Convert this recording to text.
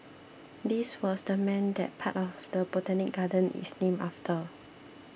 this was the man that part of the Botanic Gardens is named after